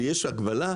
ויש הגבלה,